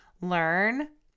learn